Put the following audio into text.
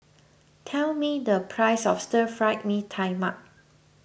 tell me the price of Stir Fry Mee Tai Mak